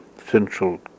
Central